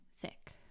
sick